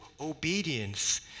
obedience